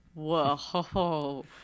Whoa